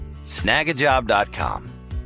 snagajob.com